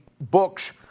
books